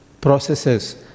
processes